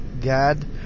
God